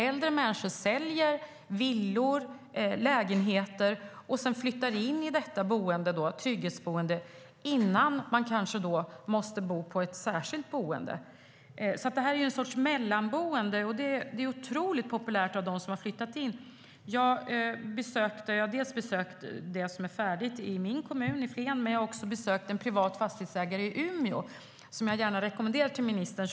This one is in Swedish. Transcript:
Äldre människor kan sälja villor och lägenheter och sedan flytta in i detta trygghetsboende innan de kanske måste bo i ett särskilt boende. Det är en sorts mellanboende. Det är otroligt populärt bland dem som har flyttat in. Jag har besökt det som är färdigt i min kommun Flen. Men jag har också besökt en privat fastighetsägare i Umeå, som jag gärna rekommenderar för ministern.